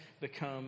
become